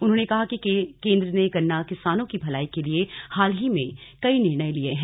उन्होंने कहा है कि केन्द्र ने गन्ना किसानों की भलाई के लिए हाल ही में कई निर्णय लिए हैं